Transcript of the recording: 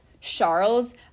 Charles